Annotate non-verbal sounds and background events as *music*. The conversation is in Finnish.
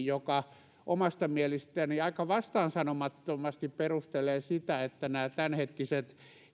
*unintelligible* joka omasta mielestäni aika vastaansanomattomasti perustelee sitä että nämä tämänhetkiset